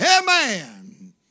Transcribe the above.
amen